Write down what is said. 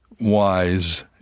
wise